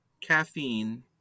caffeine